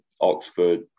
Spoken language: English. Oxford